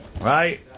Right